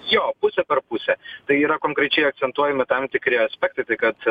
jo pusė per pusę tai yra konkrečiai akcentuojami tam tikri aspektai tai kad